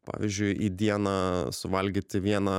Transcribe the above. pavyzdžiui į dieną suvalgyti vieną